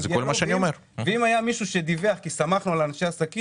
היה מישהו שדיווח, כי סמכנו על הצהרת אנשי העסקים,